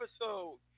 episode